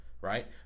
Right